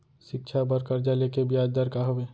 शिक्षा बर कर्जा ले के बियाज दर का हवे?